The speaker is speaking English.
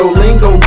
lingo